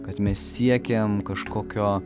kad mes siekiam kažkokio